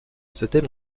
c’était